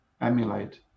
emulate